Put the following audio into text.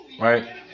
Right